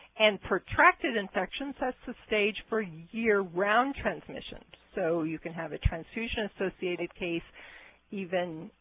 and protracted infection sets the stage for year-round transmission. so you can have a transfusion-associated case even,